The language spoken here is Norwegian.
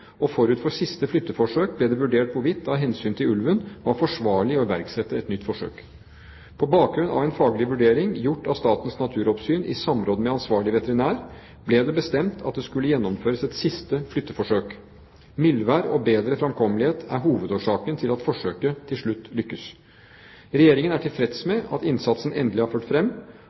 og hvile, og forut for siste flytteforsøk ble det vurdert hvorvidt det av hensyn til ulven var forsvarlig å iverksette et nytt forsøk. På bakgrunn av en faglig vurdering gjort av Statens naturoppsyn i samråd med ansvarlig veterinær ble det bestemt at det skulle gjennomføres et siste flytteforsøk. Mildvær og bedre fremkommelighet er hovedårsaken til at forsøket til slutt lyktes. Regjeringen er tilfreds med at innsatsen endelig har ført